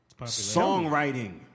Songwriting